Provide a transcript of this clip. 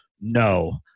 No